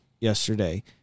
yesterday